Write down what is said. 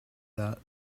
that